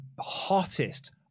hottest